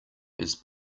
his